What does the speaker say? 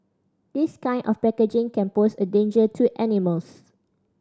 this kind of packaging can pose a danger to animals